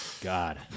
God